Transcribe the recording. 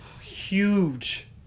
huge